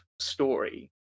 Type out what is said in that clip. story